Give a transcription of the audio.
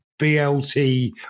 BLT